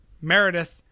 Meredith